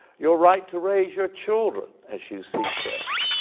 your right to raise your children as you see fit.